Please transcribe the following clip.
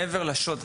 מעבר לשוט,